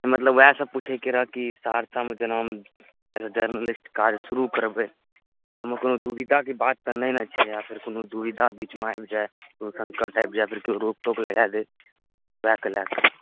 मतलब ओएह सब पूछैके रहए कि सहरसामे जेना जर्नलिस्ट काज शुरू करबै तऽ एहिमे कोनो दुविधाके बात तऽ नहि ने छै या फेर कोनो दुविधा बिचमे आबि जाइ कोनो सङ्कट आबि जाइ फिर केओ रोक टोक लगा दै ओएह कऽ लए कऽ